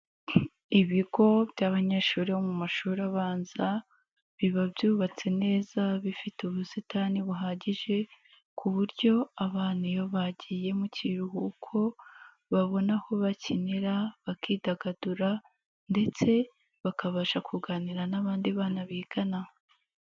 Ibigo by'abanyeshuri bo mu mashuri abanza biba byubatse neza bifite ubusitani buhagije ku buryo abana iyo bagiye mu kiruhuko babona aho bakinira, bakidagadura ndetse bakabasha kuganira n'abandi bana bigana.